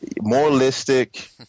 Moralistic